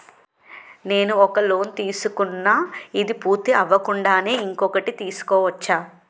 నేను ఒక లోన్ తీసుకున్న, ఇది పూర్తి అవ్వకుండానే ఇంకోటి తీసుకోవచ్చా?